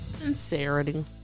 Sincerity